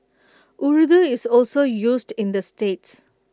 Urdu is also used in the states